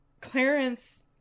Clarence